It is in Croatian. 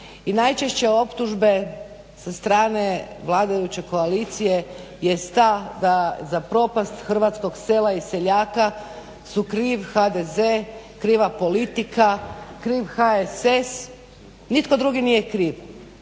i najčešće optužbe sa strane vladajuće koalicije jest ta da za propast hrvatskog sela i seljaka su kriv HDZ, kriva politika, kriv HSS. Nitko drugi nije kriv.